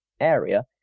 area